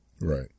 Right